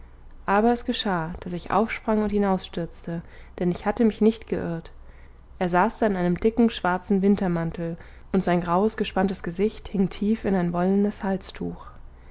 aber es geschah daß ich aufsprang und hinausstürzte denn ich hatte mich nicht geirrt er saß da in einem dicken schwarzen wintermantel und sein graues gespanntes gesicht hing tief in ein wollenes halstuch